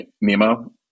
Nemo